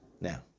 Now